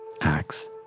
acts